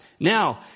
now